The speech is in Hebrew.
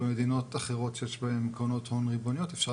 במדינות אחרות שיש בהן קרנות הון ריבוניות אפשר